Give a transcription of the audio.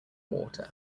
water